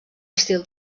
estil